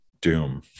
Doom